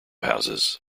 houses